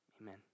amen